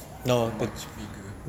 much bigger